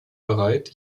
bereit